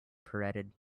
pirouetted